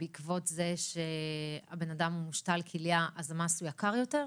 בעקבות זה שהאדם הוא מושתל כליה אז המס הוא יקר יותר?